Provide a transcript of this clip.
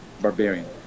barbarian